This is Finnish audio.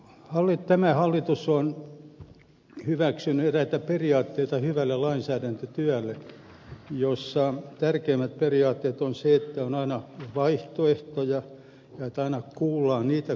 tämä hallitus on hyväksynyt eräitä periaatteita hyvälle lainsäädäntötyölle jossa tärkeimmät periaatteet ovat että on aina vaihtoehtoja ja että aina kuullaan niitä joita asia koskee